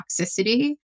toxicity